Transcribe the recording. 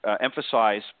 emphasize